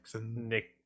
Nick